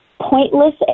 pointless